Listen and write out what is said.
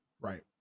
right